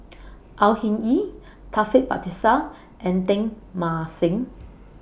Au Hing Yee Taufik Batisah and Teng Mah Seng